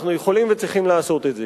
אנחנו יכולים וצריכים לעשות את זה.